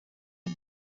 est